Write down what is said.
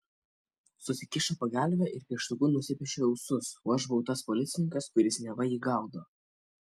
susikišo pagalvę ir pieštuku nusipiešė ūsus o aš buvau tas policininkas kuris neva jį gaudo